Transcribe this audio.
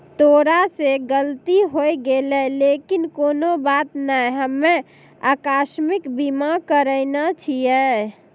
तोरा से गलती होय गेलै लेकिन कोनो बात नै हम्मे अकास्मिक बीमा करैने छिये